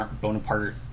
Bonaparte